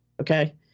okay